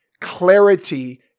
Clarity